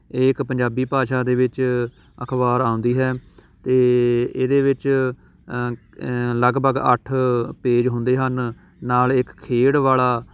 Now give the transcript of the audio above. ਇਹ ਇੱਕ ਪੰਜਾਬੀ ਭਾਸ਼ਾ ਦੇ ਵਿੱਚ ਅਖ਼ਬਾਰ ਆਉਂਦੀ ਹੈ ਅਤੇ ਇਹਦੇ ਵਿੱਚ ਲਗਭਗ ਅੱਠ ਪੇਜ ਹੁੰਦੇ ਹਨ ਨਾਲ ਇੱਕ ਖੇਡ ਵਾਲਾ